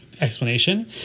explanation